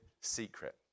secret